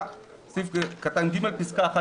זאת אומרת: שבמקום 0.9 יהיה